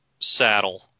saddle